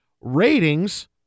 ratings